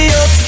up